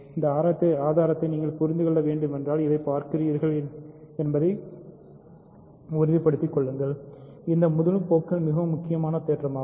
இந்த ஆதாரத்தை நீங்கள் புரிந்து கொள்ள வேண்டும் என்றால் இதைப் பார்க்கிறீர்கள் என்பதை உறுதிப்படுத்திக் கொள்ளுங்கள் இந்த முழு போக்கில் இது மிகவும் முக்கியமான தேற்றமாகும்